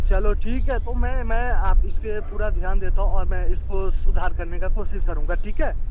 चलो ठीक है तो मैं मैं आपसे पूरा ध्यान देता हूँ और मैं इसको सुधार करने का कोशिश करूँगा ठीक है